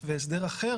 והסדר אחר,